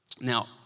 Now